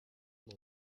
dans